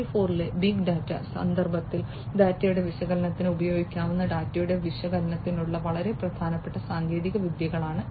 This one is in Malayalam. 0 ലെ ബിഗ് ഡാറ്റ സന്ദർഭത്തിൽ ഡാറ്റയുടെ വിശകലനത്തിന് ഉപയോഗിക്കാവുന്ന ഡാറ്റയുടെ വിശകലനത്തിനുള്ള വളരെ പ്രധാനപ്പെട്ട സാങ്കേതിക വിദ്യകളാണ് ഇവ